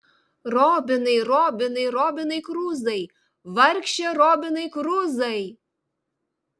robinai robinai robinai kruzai vargše robinai kruzai